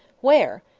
where?